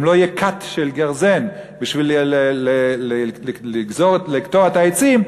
אם לא תהיה קת של גרזן בשביל לקטוע את העצים,